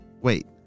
Wait